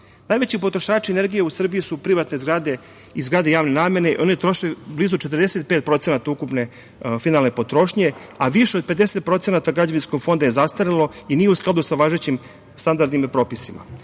razvoju. Najveći potrošači energije u Srbiji su privatne zgrade i zgrade javne namene. One troše blizu 45% ukupne finalne potrošnje, a više od 50% građevinskog fonda je zastarelo i nije u skladu sa važećim standardima i propisima. Na